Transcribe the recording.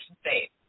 state